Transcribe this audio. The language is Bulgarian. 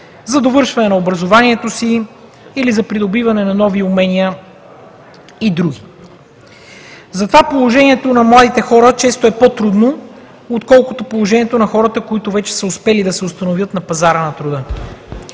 за довършване на образованието си или за придобиване на нови умения и други. Затова положението на младите хора често е по-трудно, отколкото положението на хората, които вече са успели да се установят на пазара на труда.